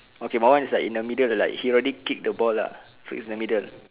okay my one is like in the middle like he already kick the ball lah so it's the middle